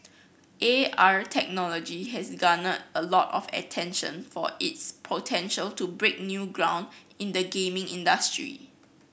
A R technology has garnered a lot of attention for its potential to break new ground in the gaming industry